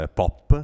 pop